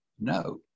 No